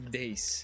days